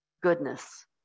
goodness